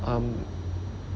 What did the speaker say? um